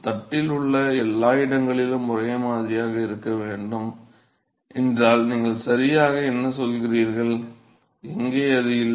தட்டில் உள்ள எல்லா இடங்களிலும் ஒரே மாதிரியாக இருக்க வேண்டும் என்றால் நீங்கள் சரியாக என்ன சொல்கிறீர்கள் எங்கே அது இல்லை